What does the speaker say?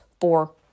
four